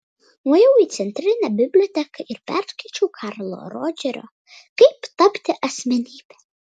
nuėjau į centrinę biblioteką ir perskaičiau karlo rodžerio kaip tapti asmenybe